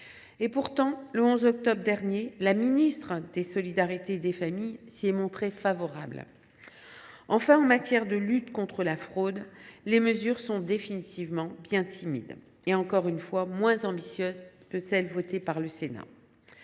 Pourtant, le 11 octobre dernier, la ministre des solidarités et des familles s’y est montrée favorable. Enfin, en matière de lutte contre la fraude, les mesures sont en définitive bien timides et, encore une fois, moins ambitieuses que celles votées par le Sénat.